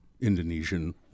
Indonesian